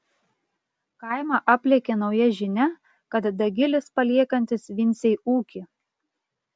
kaimą aplėkė nauja žinia kad dagilis paliekantis vincei ūkį